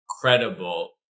credible